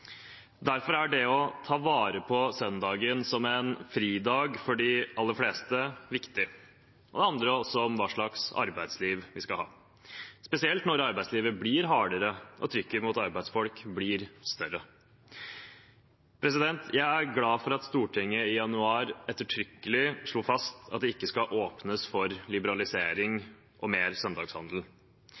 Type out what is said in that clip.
Derfor er det å ta vare på søndagen som en fridag for de aller fleste viktig. Det handler også om hva slags arbeidsliv vi skal ha, spesielt når arbeidslivet blir hardere og trykket mot arbeidsfolk blir større. Jeg er glad for at Stortinget i januar ettertrykkelig slo fast at det ikke skal åpnes for liberalisering og mer